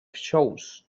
shows